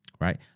right